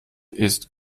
ist